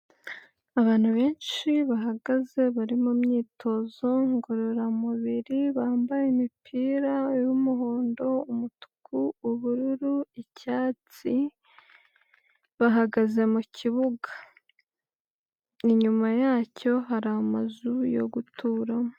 Abantu benshi bahagaze bari mu myitozo ngororamubiri bambaye imipira y'umuhondo, umutuku, ubururu, icyatsi bahagaze mu kibuga, inyuma yacyo hari amazu yo guturamo.